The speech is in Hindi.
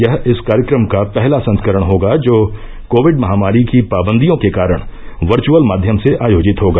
यह इस कार्यक्रम का पहला संस्करण होगा जो कोविड महानारी की पाबंदियों के कारण वर्घअल माध्यम से आयोजित होगा